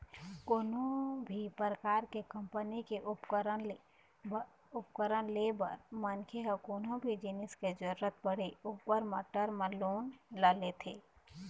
कोनो भी परकार के कंपनी के उपकरन ले बर मनखे ह कोनो भी जिनिस के जरुरत पड़े ऊपर म टर्म लोन ल लेथे